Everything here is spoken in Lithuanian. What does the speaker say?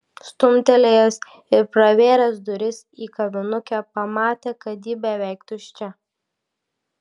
stumtelėjęs ir pravėręs duris į kavinukę pamatė kad ji beveik tuščia